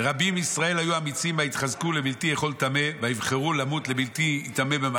ורבים בישראל היו אמיצים ויתחזקו לבלתי אכול טמא.